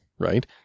Right